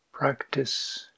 Practice